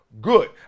Good